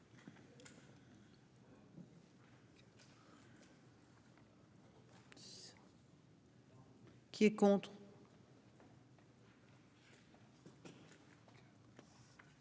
Qui est contre